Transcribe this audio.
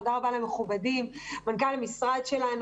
תודה רבה למכובדים מנכ"ל המשרד שלי,